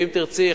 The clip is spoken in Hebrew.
ואם תרצי,